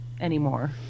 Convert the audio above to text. anymore